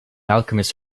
alchemist